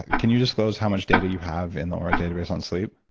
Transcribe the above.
can you disclose how much data you have in the oura database on sleep?